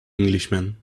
englishman